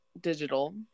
digital